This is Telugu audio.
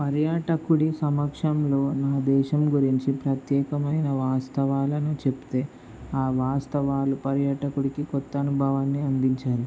పర్యాటకుడి సమక్షంలో నా దేశం గురించి ప్రత్యేకమైన వాస్తవాలను చెప్తే ఆ వాస్తవాలు పర్యాటకుడికి కొత్త అనుభవాన్ని అందించాలి